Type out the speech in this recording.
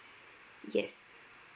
yes